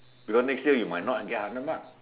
because next year you might not get hundred marks